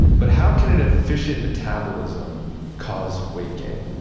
but how can an efficient metabolism cause weight gain?